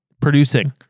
producing